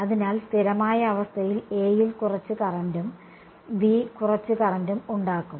അതിനാൽ സ്ഥിരമായ അവസ്ഥയിൽ A യിൽ കുറച്ച് കറന്റും B കുറച്ച് കറന്റും ഉണ്ടാകും